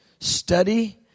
study